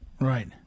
Right